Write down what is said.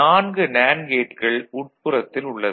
4 NAND கேட்கள் உட்புறத்தில் உள்ளது